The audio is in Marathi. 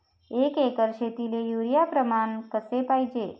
एक एकर शेतीले युरिया प्रमान कसे पाहिजे?